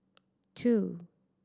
two